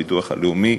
הביטוח הלאומי.